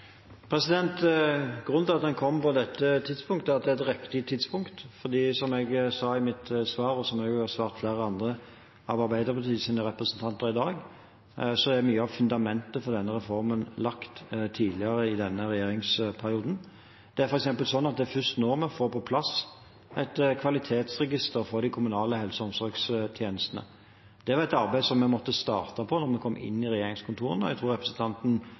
Grunnen til at den kom på dette tidspunktet, er at det er et riktig tidspunkt. Som jeg sa i mitt svar, og som jeg også har svart flere andre av Arbeiderpartiets representanter i dag, er mye av fundamentet for denne reformen lagt tidligere i denne regjeringsperioden. Det er f.eks. først nå vi får på plass et kvalitetsregister for de kommunale helse- og omsorgstjenestene. Det er et arbeid som vi måtte starte på da vi kom inn i regjeringskontorene, og jeg tror representanten